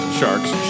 sharks